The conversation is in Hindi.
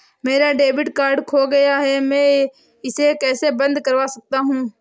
मेरा डेबिट कार्ड खो गया है मैं इसे कैसे बंद करवा सकता हूँ?